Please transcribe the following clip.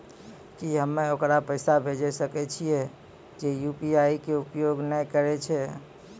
की हम्मय ओकरा पैसा भेजै सकय छियै जे यु.पी.आई के उपयोग नए करे छै?